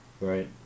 Right